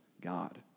God